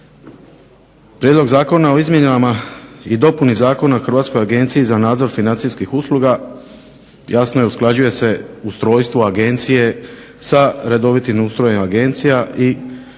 Prijedlog zakona o izmjenama i dopunama o Hrvatskoj agenciji za nadzor financijskih usluga jasno je usklađuje se ustrojstvo Agencije sa redovitim ustrojem agencija i